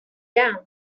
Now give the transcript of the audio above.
down